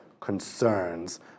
concerns